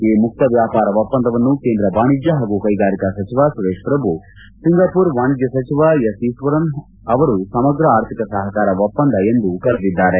ಈ ಮುಕ್ನ ವ್ಯಾಪಾರ ಒಪ್ಲಂದವನ್ನು ಕೇಂದ್ರ ವಾಣಿಜ್ಞ ಹಾಗೂ ಕೈಗಾರಿಕಾ ಸಚಿವ ಸುರೇಶ್ ಪ್ರಭು ಹಾಗೂ ಸಿಂಗಾಪೂರ್ ವಾಣಿಜ್ಞ ಸಚಿವ ಎಸ್ ಈಸ್ವರನ್ ಅವರು ಸಮಗ್ರ ಆರ್ಥಿಕ ಸಹಕಾರ ಒಪ್ವಂದ ಎಂದು ಕರೆದಿದ್ದಾರೆ